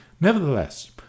Nevertheless